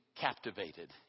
captivated